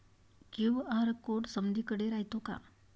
QR code समदीकडे रायतो का?